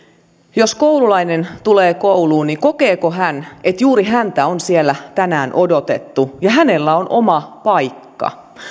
jos koululainen tulee kouluun niin kokeeko hän että juuri häntä on siellä tänään odotettu ja hänellä on oma paikka